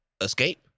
escape